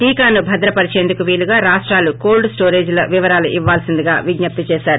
టీకాను భద్రపరిచేందుకు వీలుగా రాష్టాలు కోల్ల్స్టోరేజీల వివరాలు ఇవ్వాల్సిందిగా విజ్లప్తిగా చేశారు